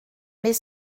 mais